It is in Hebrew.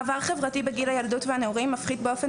מעבר חברתי בגיל הילדות והנעורים מפחית באופן